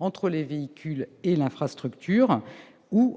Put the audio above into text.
entre le véhicule et l'infrastructure. Il